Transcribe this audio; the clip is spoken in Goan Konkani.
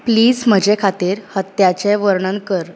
प्लीज म्हजे खातीर हत्त्याचें वर्णन कर